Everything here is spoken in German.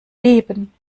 leben